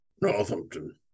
Northampton